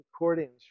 recordings